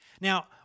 Now